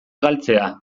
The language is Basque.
galtzea